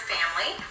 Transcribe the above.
Family